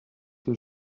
que